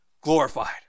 glorified